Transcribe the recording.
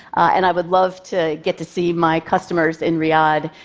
and i would love to get to see my customers in riyadh,